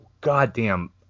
Goddamn